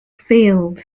fails